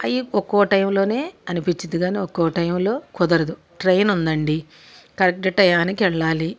అయ్యి ఒక్కో టైంలోనే అనిపిచ్చిద్ది కానీ ఒక్కో టైంలో కుదరదు ట్రైన్ ఉందండి కరెక్ట్ టైంకి వెళ్ళాలి